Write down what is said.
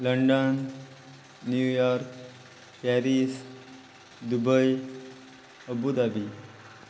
London New York Paris Dubai Abu Dhabi